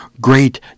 great